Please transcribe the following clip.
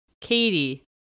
Katie